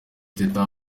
teta